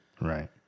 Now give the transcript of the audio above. Right